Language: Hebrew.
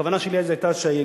הכוונה שלי אז היתה שהאיגוד